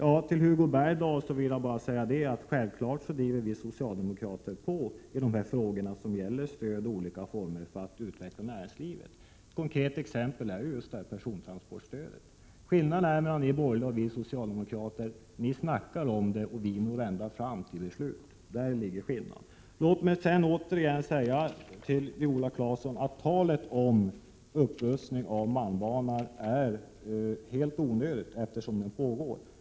Till Hugo Bergdahl vill jag bara säga: Självfallet driver vi socialdemokrater på i de frågor som gäller stöd i olika former för att utveckla näringslivet. Ett konkret exempel är just persontransportstödet. Skillnaden mellan er borgerliga och oss socialdemokrater är att ni pratar om det och vi går ända fram till beslut. Däri ligger skillnaden. Låt mig sedan återigen säga till Viola Claesson: Talet om upprustning av malmbanan är helt onödigt, eftersom den pågår.